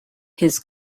his